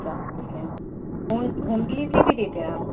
پچاس per cent home home delivery بھی دیتے ہیں آپ